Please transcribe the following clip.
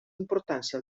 importància